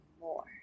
more